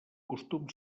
costum